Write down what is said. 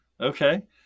Okay